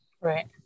Right